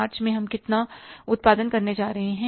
मार्च में हम कितना उत्पादन करने जा रहे हैं